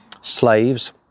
slaves